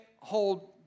hold